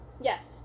Yes